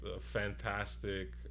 fantastic